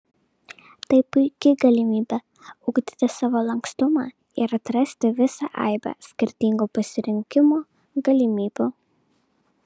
tai puiki galimybė ugdyti savo lankstumą ir atrasti visą aibę skirtingų pasirinkimų galimybių